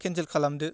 cancel खालामदो